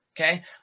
Okay